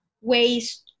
ways